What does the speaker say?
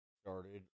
started